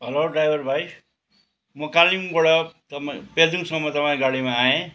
हलो driver भाइ म कालेबुङबाट पेदुङसम्म तपाईँको गाडीमा आएँ